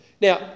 Now